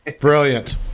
brilliant